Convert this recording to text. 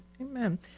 amen